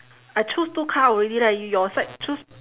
I choose two card already leh y~ your side choose